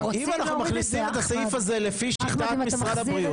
אם אנחנו מכניסים את הסעיף הזה לפי שיטת משרד הבריאות --- אחמד,